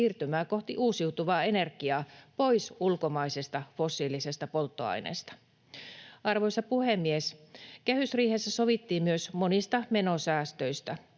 siirtymää kohti uusiutuvaa energiaa pois ulkomaisesta fossiilisesta polttoaineesta. Arvoisa puhemies! Kehysriihessä sovittiin myös monista menosäästöistä.